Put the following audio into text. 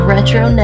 Retro